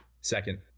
Second